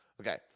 Okay